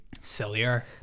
Sillier